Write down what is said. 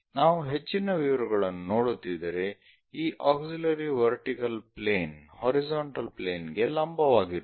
ನಾವು ಹೆಚ್ಚಿನ ವಿವರಗಳನ್ನು ನೋಡುತ್ತಿದ್ದರೆ ಈ auxiliary vertical plane horizontal plane ಗೆ ಲಂಬವಾಗಿರುತ್ತದೆ